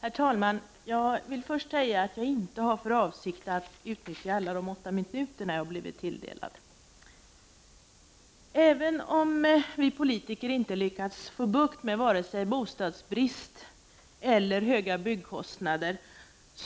Herr talman! Jag vill först säga att jag inte har för avsikt att utnyttja de åtta minuter jag har blivit tilldelad. Även om vi politiker inte har lyckats få bukt med vare sig bostadsbrist eller höga byggkostnader,